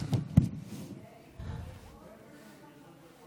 להלן תרגומם: